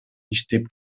иштеп